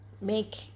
make